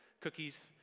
cookies